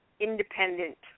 independent